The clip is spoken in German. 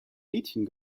mädchen